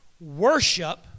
Worship